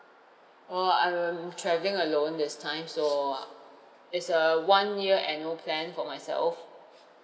oh I'm travelling alone this time so it's a one year annual plan for myself